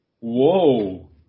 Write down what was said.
Whoa